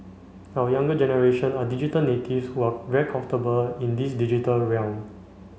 our younger generation are digital natives who are very comfortable in this digital realm